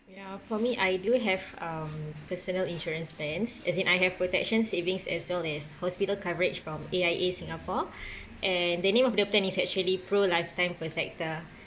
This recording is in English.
ya for me I do have um personal insurance plans as in I have protection savings as well as hospital coverage from A_I_A singapore and the name of the plan is actually pro lifetime protector